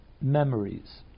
memories